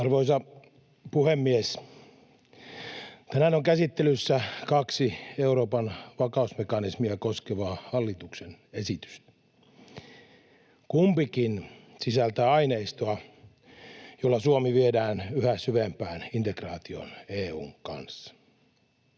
Arvoisa puhemies! Tänään on käsittelyssä kaksi Euroopan vakausmekanismia koskevaa hallituksen esitystä. Kumpikin sisältää aineistoa, jolla Suomi viedään yhä syvempään integraatioon EU:n kanssa.